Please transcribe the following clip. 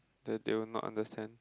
that they will not understand